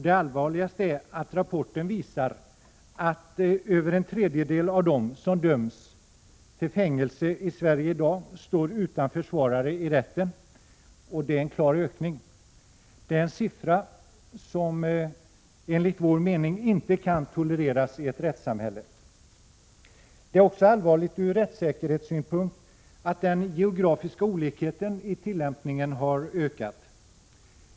Det allvarligaste är, att rapporten visar att över en tredjedel av dem som döms till fängelse i Sverige i dag står utan försvarare i rätten, vilket är en klar ökning. Det är en siffra som enligt vår mening inte kan tolereras i ett rättssamhälle. Det är också allvarligt ur rättssäkerhetssynpunkt att den geografiska olikheten i tillämpningen har ökat.